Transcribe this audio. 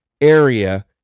area